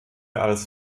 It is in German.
als